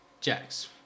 Jax